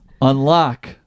Unlock